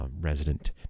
resident